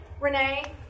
Renee